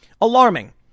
alarming